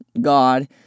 God